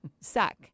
Suck